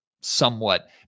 somewhat